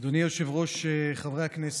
אדוני היושב-ראש, חברי הכנסת,